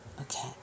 Okay